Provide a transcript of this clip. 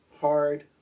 hard